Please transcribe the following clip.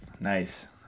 nice